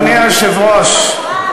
אדוני היושב-ראש,